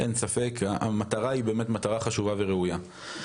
אין ספק שהמטרה היא מטרה חשובה וראויה.